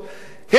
הן נשארו,